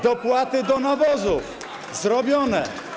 Dopłaty do nawozów - zrobione.